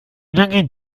lange